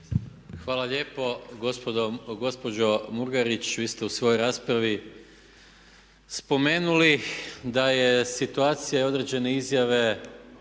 Hvala lijepo. Gospođo Murganić vi ste u svojoj raspravi spomenuli da je situacija i određene izjave